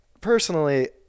personally